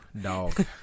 dog